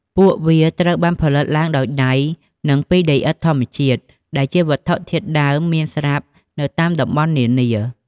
ពួកវាត្រូវបានផលិតឡើងដោយដៃនិងពីដីឥដ្ឋធម្មជាតិ ដែលជាវត្ថុធាតុដើមមានស្រាប់នៅតាមតំបន់នានា។